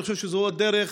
אני חושב שהיא דרך